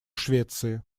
швеции